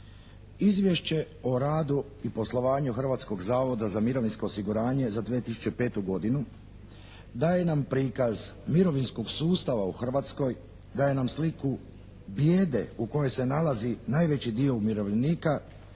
Izvješće o radu i poslovanju Hrvatskog zavoda za mirovinsko osiguranje za 2005. godinu daje nam prikaz mirovinskog sustava u Hrvatskoj, daje nam sliku bijede u kojoj se nalazi najveći dio umirovljenika